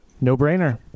no-brainer